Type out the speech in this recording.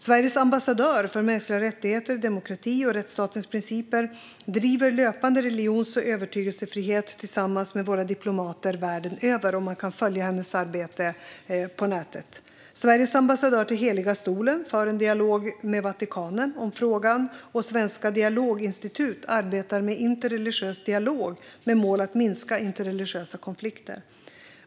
Sveriges ambassadör för mänskliga rättigheter, demokrati och rättsstatens principer driver löpande religions och övertygelsefrihet tillsammans med våra diplomater världen över. Man kan följa hennes arbete på nätet. Sveriges ambassadör till Heliga stolen för en dialog med Vatikanen om frågan, och det svenska dialoginstitutet arbetar med interreligiös dialog med målet att minska interreligiösa konflikter.